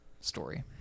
story